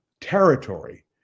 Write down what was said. territory